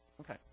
okay